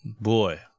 Boy